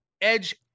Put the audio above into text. edge